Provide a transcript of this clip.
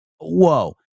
Whoa